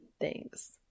thanks